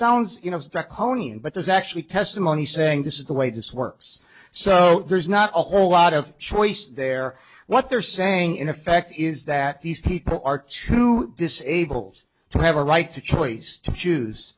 mean but there's actually testimony saying this is the way this works so there's not a whole lot of choice there what they're saying in effect is that these people are too disabled to have a right to choice to choose